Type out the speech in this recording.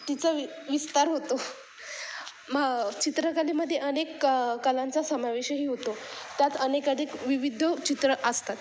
तिचा वि विस्तार होतो म चित्रकलेमध्ये अनेक क कलांचा समावेशही होतो त्यात अनेक अधिक विविध चित्र असतात